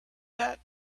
that